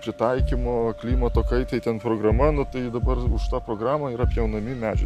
pritaikymo klimato kaitai ten programa nu tai dabar už tą programą yra pjaunami medžiai